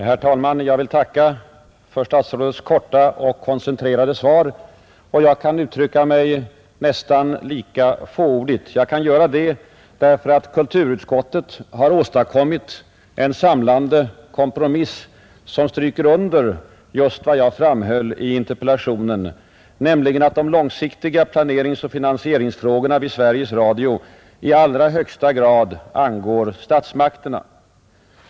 Herr talman! Jag vill tacka för statsrådets korta och koncentrerade svar, och jag kan uttrycka mig nästan lika fåordigt. Jag kan göra det därför att kulturutskottet har åstadkommit en samlande kompromiss som stryker under just vad jag framhöll i interpellationen, nämligen att de långsiktiga planeringsoch finansieringsfrågorna vid Sveriges Radio i allra högsta grad angår statsmakterna.